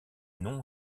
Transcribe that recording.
nom